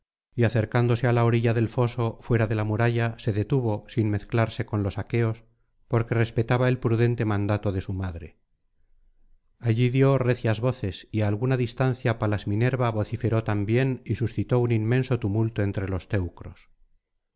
y acercándose á la orilla del foso fuera de la muralla se detuvo sin mezclarse con los aqueos porque respetaba el prudente mandato de su madre allí dio recias voces y á alguna distancia palas minerva vociferó también y suscitó un inmenso tumulto entre los teucros